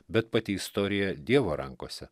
bet pati istorija dievo rankose